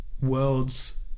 worlds